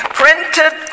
printed